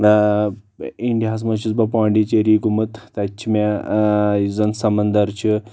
انڈیاہس منٛز چھُس بہٕ پونڈی چری گوٚومُت تتہِ چھُ مےٚ یُس زن سمنٛدر چھُ